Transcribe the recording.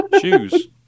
Shoes